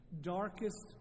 darkest